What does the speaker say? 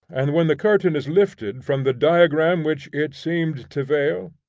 and when the curtain is lifted from the diagram which it seemed to veil,